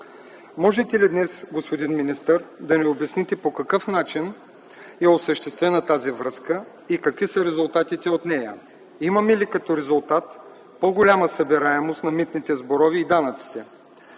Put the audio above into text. Можете ли днес, господин министър, да ни обясните по какъв начин е осъществена тази връзка и какви са резултатите от нея? Имаме ли като резултат по-голяма събираемост на митните сборове и данъците?